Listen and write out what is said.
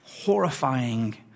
horrifying